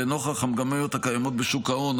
לנוכח המגמות הקיימות בשוק ההון,